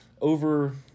over